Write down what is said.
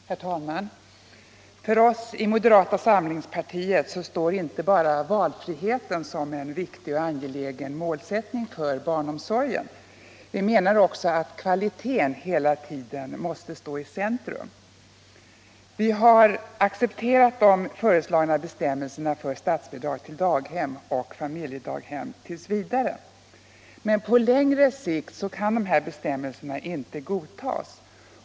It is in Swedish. Herr talman! För oss i moderata samlingspartiet står inte bara valfriheten som en viktig och angelägen målsättning för barnomsorgen. Vi menar att också kvaliteten hela tiden måste stå i centrum. Vi har ti. v. accepterat de föreslagna bestämmelserna för statsbidrag till daghem och familjedaghem. Men på längre sikt kan dessa bestämmelser inte godtas.